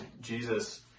Jesus